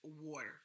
water